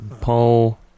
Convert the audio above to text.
Paul